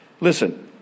listen